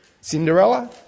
Cinderella